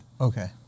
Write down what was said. Okay